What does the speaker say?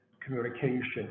communication